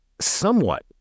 somewhat